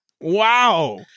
Wow